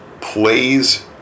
plays